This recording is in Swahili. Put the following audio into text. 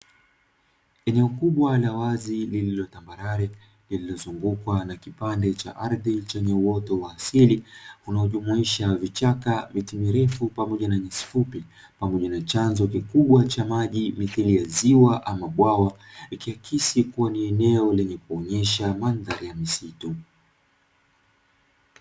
Eneo kubwa la wazi tambarare lililozungukwa na kipande cha ardhi chenye uoto wa asili unaojumuisha vichaka, miti mirefu pamoja na nyasi fupi pamoja na chanzo kikubwa cha maji mithiri ya ziwa au bwawa, ikiakisi kuwa ni eneo lenye kuonyesha mandhari ya misitu.